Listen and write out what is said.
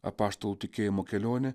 apaštalų tikėjimo kelionė